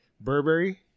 Burberry